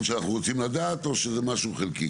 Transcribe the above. שאנחנו רוצים לדעת או שזה משהו חלקי,